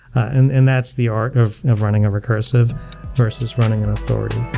and and that's the art of of running a recursive versus running an authority.